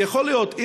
אז יכול להיות,